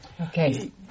Okay